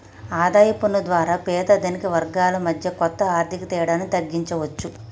ఆదాయ పన్ను ద్వారా పేద ధనిక వర్గాల మధ్య కొంత ఆర్థిక తేడాను తగ్గించవచ్చు